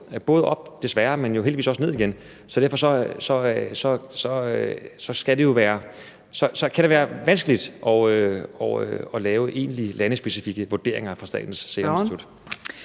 både op, men jo heldigvis også ned igen. Derfor kan det være vanskeligt at lave egentlige landespecifikke vurderinger fra Statens Serum Instituts